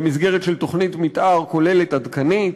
במסגרת של תוכנית מתאר כוללת עדכנית.